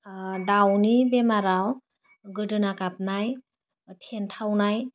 दावनि बेमाराव गोदोना गाबनाय थेन्थावनाय